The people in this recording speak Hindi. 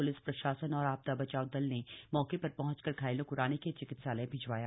प्लिस प्रशासन और आपदा बचाव दल ने मौके पर पहंचकर घायलों को रानीखेत चिकित्सालय भिजवाया